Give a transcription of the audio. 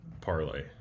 parlay